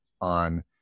on